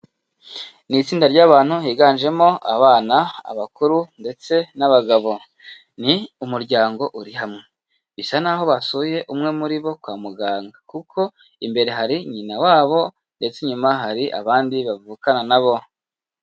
Ni itsinda ry'abantu higanjemo abana, abakuru ndetse n'abagabo, ni umuryango uri hamwe bisa naho basuye umwe muri bo kwa muganga, kuko imbere hari nyina wabo ndetse inyuma hari abandi bavukana na bo.